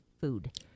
food